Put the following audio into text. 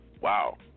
Wow